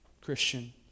Christian